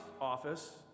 office